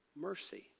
Mercy